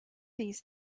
these